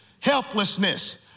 helplessness